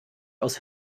aus